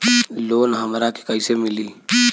Loan हमरा के कईसे मिली?